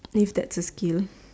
leave that to skill